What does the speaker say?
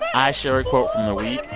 i share a quote from the week.